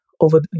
over